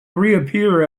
reappear